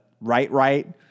right-right